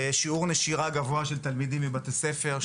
שיעור נשירה גבוה של תלמידים מבתי ספר,